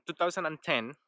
2010